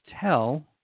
tell